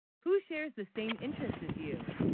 who shares the same interest as you